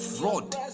fraud